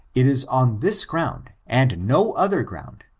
it is on this ground, and no other ground,